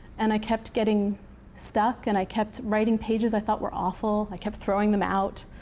and i kept getting stuck, and i kept writing pages i thought were awful. i kept throwing them out,